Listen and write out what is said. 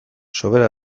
sobera